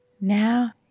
Now